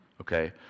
okay